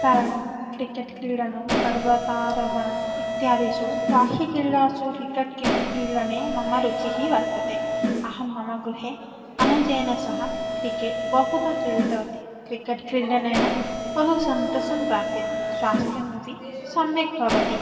तरणं क्रिकेट् क्रीडनं पर्वतारोहणं इत्यादिषु बाह्यक्रीडासु क्रिकेट् क्रीडने मम रुचिः वर्तते अहं मम गृहे अनुजेन सह क्रिकेट् बहुधा क्रीडितवती क्रिकेट् क्रीडनेन बहुसन्तोषं प्राप्यते स्वास्थ्यमपि सम्यक् भवति